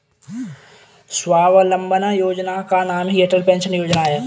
स्वावलंबन योजना का ही नाम अटल पेंशन योजना है